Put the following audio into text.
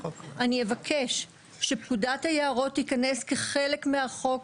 אני אבקש שפקודת היערות תיכנס כחלק מהחוק,